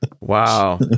Wow